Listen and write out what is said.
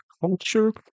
culture